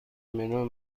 منو